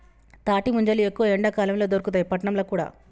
తాటి ముంజలు ఎక్కువ ఎండాకాలం ల దొరుకుతాయి పట్నంల కూడా